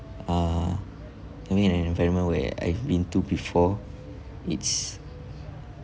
uh I mean in an environment where I've been to before it's